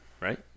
right